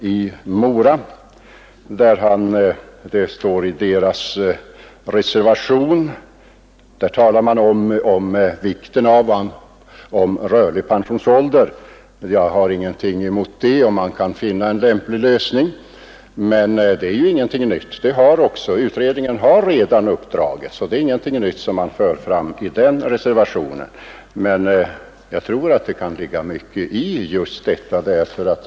I reservation 3 talar man om vikten av en rörlig pensionsålder. Jag har ingenting emot det om man kan finna en lämplig lösning. Men utredningen har redan i uppdrag att överväga den frågan, så det är inget nytt som förs fram i den reservationen. Jag tror att det kan ligga mycket i det förslaget.